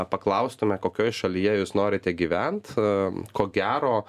paklaustume kokioj šalyje jūs norite gyvent ko gero